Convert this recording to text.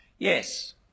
Yes